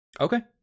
Okay